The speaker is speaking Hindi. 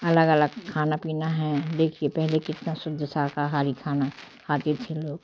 अलग अलग खाना पीना है देखिए पहले कितना शुद्ध शाकाहारी खाना खाते थे लोग